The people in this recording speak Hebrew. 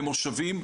במושבים,